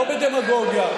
לא בדמגוגיה,